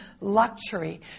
luxury